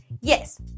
yes